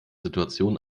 situation